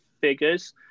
figures